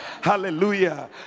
hallelujah